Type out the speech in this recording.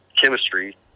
chemistry